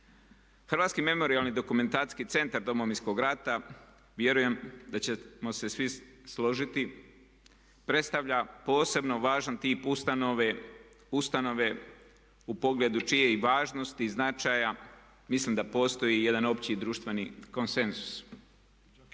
Hrvatski memorijalno-dokumentacijski centar Domovinskog rata vjerujem da ćemo se svi složiti predstavlja posebno važan tip ustanove, ustanove u pogledu čije važnosti i značaja mislim da postoji i jedan opći društveni konsenzus.